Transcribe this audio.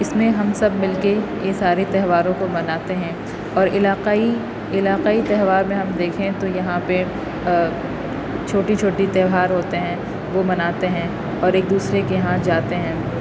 اس میں ہم سب مل کے یہ سارے تہواروں کو مناتے ہیں اور علاقائی علاقائی تہوار میں ہم دیکھیں تو یہاں پہ چھوٹی چھوٹی تہوار ہوتے ہیں وہ مناتے ہیں اور ایک دوسرے کے یہاں جاتے ہیں